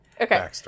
okay